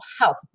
health